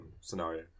scenario